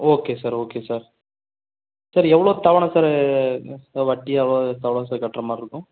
okay sir okay sir எவ்வளோ தவணை sir வட்டி எவ்வளோ தவணை சார் கட்டுற மாதிரி இருக்கும்